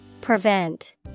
Prevent